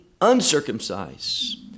uncircumcised